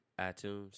iTunes